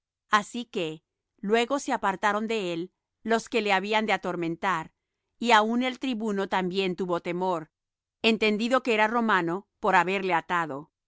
así que luego se apartaron de él los que le habían de atormentar y aun el tribuno también tuvo temor entendido que era romano por haberle atado